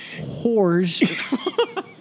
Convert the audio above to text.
whores